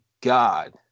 god